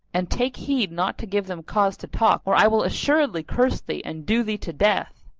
and take heed not to give them cause to talk or i will assuredly curse thee and do thee to death.